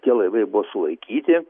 tie laivai buvo sulaikyti